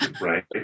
right